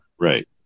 right